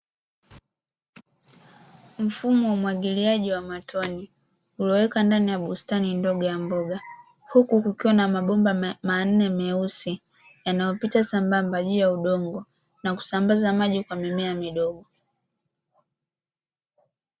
Mfumo wa umwagiliaji wa matone uliowekwa ndani ya bustani ndogo ya mboga, huku kukiwa na mabomba manne meusi yanaopita sambamba juu ya udongo na kusambaza maji kwa mimea midogo.